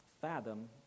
fathom